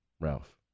Ralph